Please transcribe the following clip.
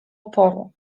oporu